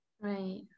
right